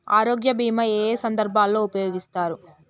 ఆరోగ్య బీమా ఏ ఏ సందర్భంలో ఉపయోగిస్తారు?